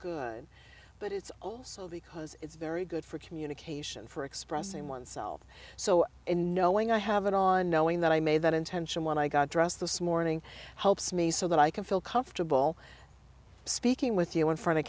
good but it's also because it's very good for communication for expressing oneself so knowing i have it on knowing that i made that intention when i got dressed this morning helps me so that i can feel comfortable speaking with you in front of